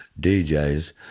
DJs